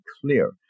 clear